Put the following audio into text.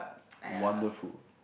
wonderful